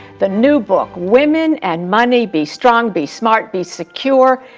the new book, women and money be strong, be smart, be secure.